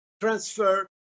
transfer